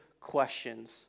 questions